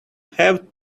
have